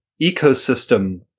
ecosystem